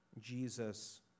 Jesus